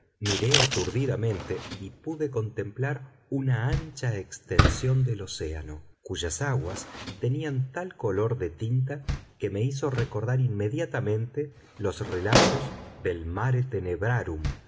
miré aturdidamente y pude contemplar una ancha extensión del océano cuyas aguas tenían tal color de tinta que me hizo recordar inmediatamente los relatos del mare tenebrarum del